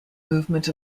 movement